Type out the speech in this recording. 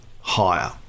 higher